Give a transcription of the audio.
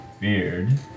beard